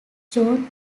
john